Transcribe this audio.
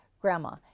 Grandma